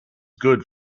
good